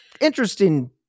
interesting